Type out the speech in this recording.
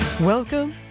Welcome